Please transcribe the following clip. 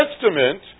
Testament